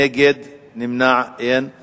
נגד ונמנעים, אין.